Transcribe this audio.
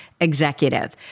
executive